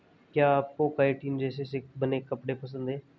क्या आपको काइटिन रेशे से बने कपड़े पसंद है